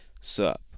sup